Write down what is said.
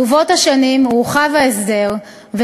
ברבות השנים הורחב ההסדר,